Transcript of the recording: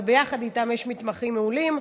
אבל ביחד איתם יש מתמחים מעולים,